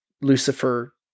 Lucifer